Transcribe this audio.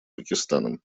пакистаном